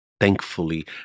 thankfully